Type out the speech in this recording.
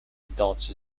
adults